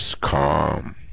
calm